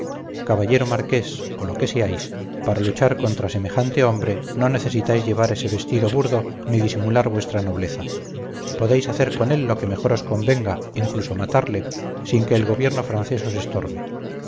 caballero marqués o lo que seáis para luchar contra semejante hombre no necesitáis llevar ese vestido burdo ni disimular vuestra nobleza podéis hacer con él lo que mejor os convenga incluso matarle sin que el gobierno francés os estorbe